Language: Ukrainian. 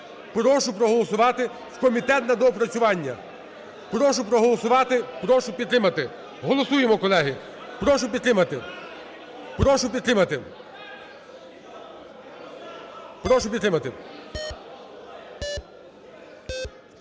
Прошу проголосувати в комітет на доопрацювання. Прошу проголосувати, прошу підтримати. Голосуємо, колеги. Прошу підтримати. Прошу підтримати.